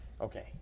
Okay